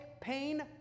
pain